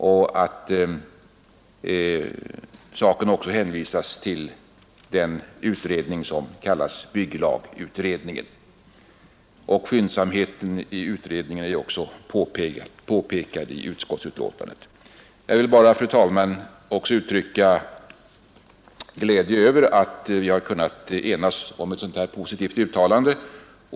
I utskottets betänkande påpekas också angelägenheten av att arbetet bedrives skyndsamt. Jag vill också, fru talman, uttrycka glädje över att vi har kunnat enas om ett så positivt uttalande.